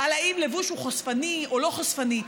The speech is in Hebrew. על האם לבוש הוא חושפני או לא חושפני,